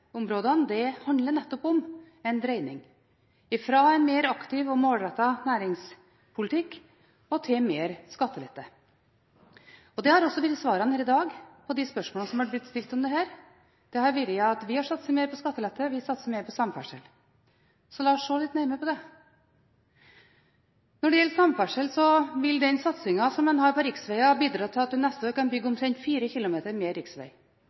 handler nettopp om en dreining – fra en aktiv og mer målrettet næringspolitikk til mer skattelette. Det har også vært svarene her i dag på de spørsmålene som er blitt stilt om dette. Det har vært: Vi har satset mer på skattelette, vi satser mer på samferdsel. La oss se litt nærmere på det. Når det gjelder samferdsel, vil den satsingen som en har på riksveger bidra til at man neste år kan bygge omtrent 4 km mer